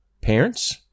parents